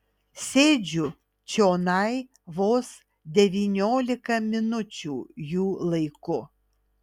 sėdžiu čionai vos devyniolika minučių jų laiku